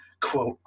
Quote